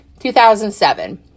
2007